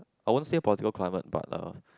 I won't say political climate but uh